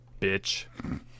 bitch